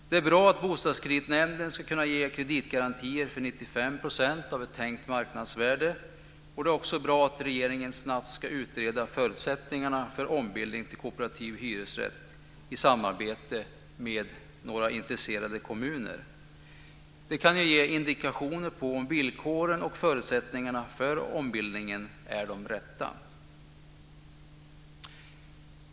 Det är bra att Bostadskreditnämnden ska kunna ge kreditgarantier för 95 % av ett tänkt marknadsvärde, och det är också bra att regeringen snabbt ska utreda förutsättningarna för ombildning till kooperativ hyresrätt i samarbete med några intresserade kommuner. Det kan ge indikationer på om villkoren och förutsättningarna för ombildningen är de rätta.